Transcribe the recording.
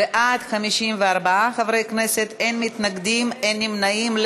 בעד, 54 חברי כנסת, אין מתנגדים, אין נמנעים.